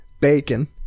bacon